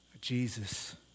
Jesus